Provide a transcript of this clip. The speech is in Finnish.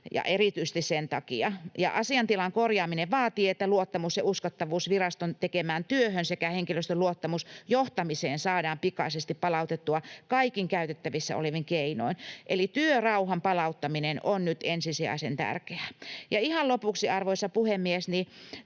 erityisesti sen takia. Asiantilan korjaaminen vaatii, että luottamus ja uskottavuus viraston tekemään työhön sekä henkilöstön luottamus johtamiseen saadaan pikaisesti palautettua kaikin käytettävissä olevin keinoin, eli työrauhan palauttaminen on nyt ensisijaisen tärkeää. Ihan lopuksi, arvoisa puhemies: